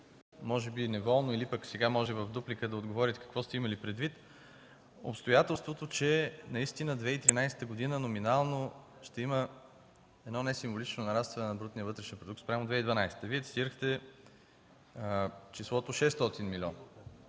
може би неволно, или пък сега в дуплика ще отговорите какво сте имали, предвид обстоятелството че наистина през 2013 г. номинално ще има едно несимволично нарастване на брутния вътрешен продукт спрямо 2012 г. Вие цитирахте числото 600 милиона.